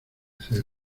cero